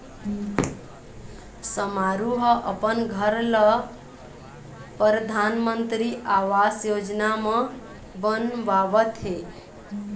समारू ह अपन घर ल परधानमंतरी आवास योजना म बनवावत हे